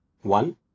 One